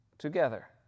together